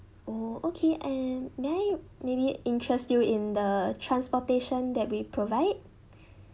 oh okay and may I maybe interest you in the transportation that we provide